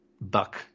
buck